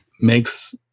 makes